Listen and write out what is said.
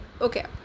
okay